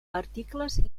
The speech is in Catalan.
articles